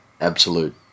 absolute